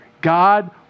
God